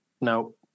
no